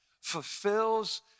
fulfills